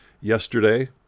Yesterday